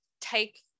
take